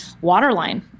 waterline